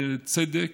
בצדק,